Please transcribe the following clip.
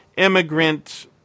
Immigrant